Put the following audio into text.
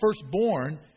firstborn